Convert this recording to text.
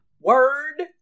Word